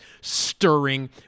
Stirring